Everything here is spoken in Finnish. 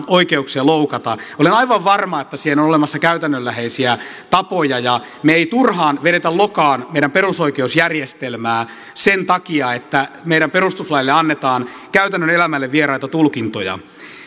oikeuksia loukata olen aivan varma että siihen on olemassa käytännönläheisiä tapoja ja me emme turhaan vedä lokaan meidän perusoikeusjärjestelmäämme sen takia että perustuslaille annetaan käytännön elämälle vieraita tulkintoja